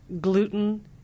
gluten